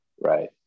Right